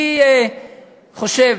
אני חושב